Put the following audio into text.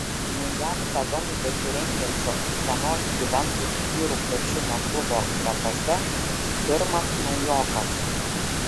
naujam sezonui besirengiančio utenos juventus vyrų krepšinio klubo gretose pirmas naujokas